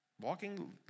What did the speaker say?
Walking